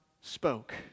spoke